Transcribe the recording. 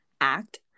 act